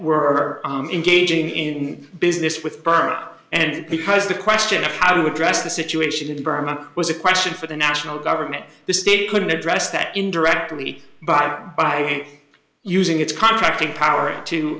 were engaging in business with burma and because the question of how to address the situation in burma was a question for the national government the state could address that indirectly by by using its contracting